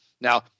Now